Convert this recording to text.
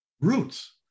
roots